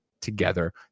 together